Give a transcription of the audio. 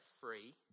free